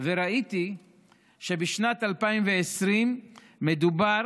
וראיתי שבשנת 2020 מדובר